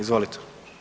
Izvolite.